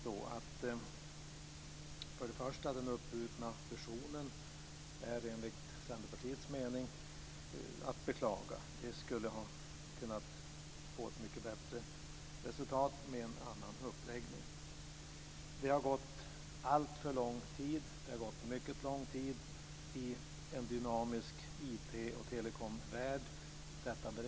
Den uppbrutna fusionen är enligt Centerpartiets mening att beklaga. Det skulle ha kunnat bli ett mycket bättre resultat med en annan uppläggning. - Beredningsarbetet, som tidigare har beskrivits, har tagit alltför lång tid i en dynamisk IT och telekomvärld.